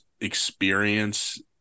experience